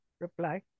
reply